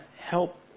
help